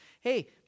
hey